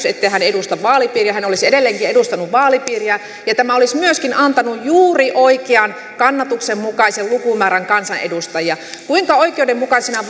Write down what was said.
ettei hän edusta vaalipiiriä hän olisi edelleenkin edustanut vaalipiiriä ja tämä olisi myöskin antanut juuri oikean kannatuksen mukaisen lukumäärän kansanedustajia kuinka oikeudenmukaisena